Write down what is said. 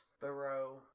thorough